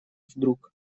вдруг